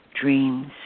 dreams